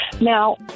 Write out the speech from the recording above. now